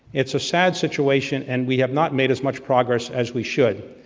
it's a sad situation, and we have not made as much progress as we should.